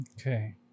Okay